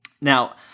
Now